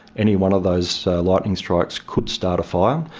any one of those lighting strikes could start a fire.